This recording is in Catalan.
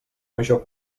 major